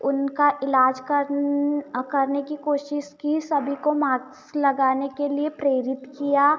उनका इलाज कर करने की कोशिश की सभी को मास्क लगाने के लिए प्रेरित किया